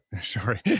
sorry